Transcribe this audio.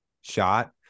shot